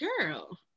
girl